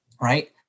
right